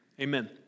Amen